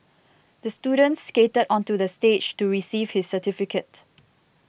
the student skated onto the stage to receive his certificate